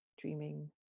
dreaming